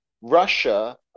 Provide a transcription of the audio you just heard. Russia